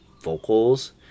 vocals